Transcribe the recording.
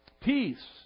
Peace